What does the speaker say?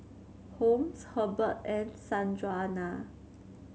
Holmes Herbert and Sanjuana